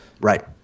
Right